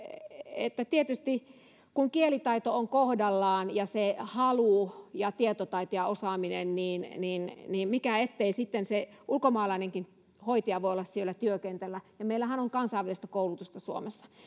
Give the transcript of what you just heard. että tietysti kun kielitaito ja se halu ja tietotaito ja osaaminen on kohdallaan niin mikä ettei sitten se ulkomaalainenkin hoitaja voi olla siellä työkentällä ja meillähän on kansainvälistä koulutusta suomessa